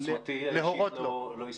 עוצמתי האישית לא הספיקה.